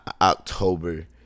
october